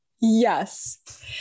Yes